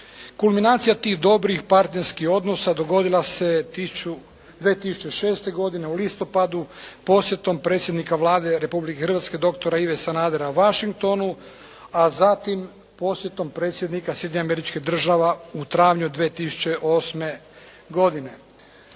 Kulminacija tih dobrih partnerskih odnosa dogodila se 2006. godine u listopadu posjetom predsjednika Vlade Republike Hrvatske doktora Ive Sanadera Washingtonu, a zatim posjetom predsjednika Sjedinjenih Američkih Država u travnju 2008. godine.